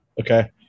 Okay